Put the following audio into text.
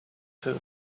too